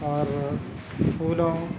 اور پھولوں